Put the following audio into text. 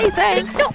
ah thanks. so